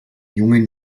jungen